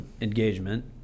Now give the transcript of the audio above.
engagement